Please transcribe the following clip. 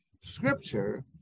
scripture